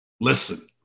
listen